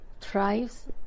thrives